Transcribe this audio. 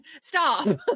Stop